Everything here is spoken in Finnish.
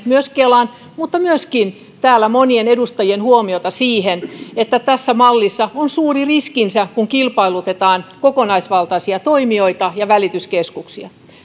myös kelan mutta myöskin täällä monien edustajien huomiota siihen että tässä mallissa on suuri riskinsä kun kilpailutetaan kokonaisvaltaisia toimijoita ja välityskeskuksia